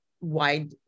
wide